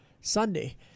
Sunday